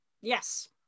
Yes